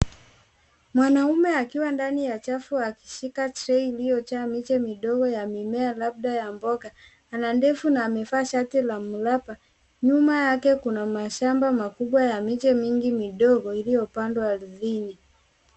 Mwanaume akiwa ndani ya chafu akishika trei iliyojaa miti midogo ya mimea labda ya mboga, ana ndevu na amevaa shati la mraba, nyuma yake kuna mashamba makubwa ya miti mingi midogo iliyopandwa ardhini.